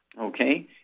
okay